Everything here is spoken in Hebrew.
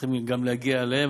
צריכים להגיע גם אליהם,